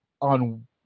on